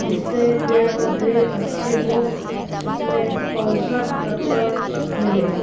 जिससे पेड़ पौधे अच्छे हो उसमें पोषक तत्व मिले